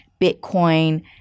Bitcoin